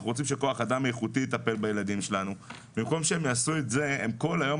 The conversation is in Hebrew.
אנחנו רוצים שכוח אדם איכותי יטפל בילדים שלנו הם כל היום